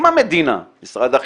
אם המדינה, משרד החינוך,